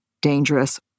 dangerous